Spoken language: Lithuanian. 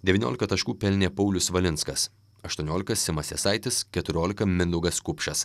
devyniolika taškų pelnė paulius valinskas aštuoniolika simas jasaitis keturiolika mindaugas kupšas